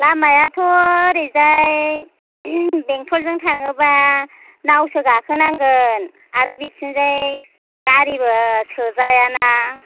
लामायाथ' ओरैजाय बेंटलजों थाङोबा नावसो गाखोनांगोन आरो बिथिंजाय गारिबो सोजाया ना